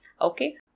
Okay